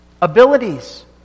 abilities